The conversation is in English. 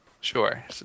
Sure